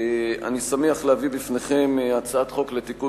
אני שמח להביא בפניכם הצעת חוק לתיקון